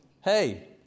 Hey